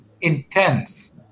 intense